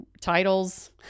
titles